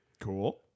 Cool